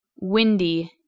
windy